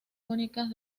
únicas